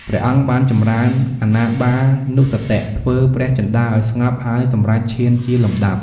ព្រះអង្គបានចំរើនអានាបានុស្សតិ ធ្វើព្រះចិន្តាឲ្យស្ងប់ ហើយសម្រេចឈានជាលំដាប់។